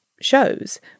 shows